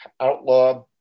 outlaw